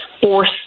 force